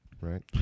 Right